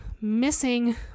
missing